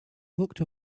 looked